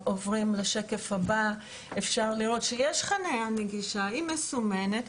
בשקף הבא אפשר לראות שיש חניה נגישה, היא מסומנת,